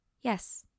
Yes